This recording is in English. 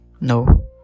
no